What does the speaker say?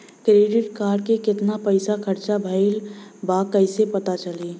Credit card के कितना पइसा खर्चा भईल बा कैसे पता चली?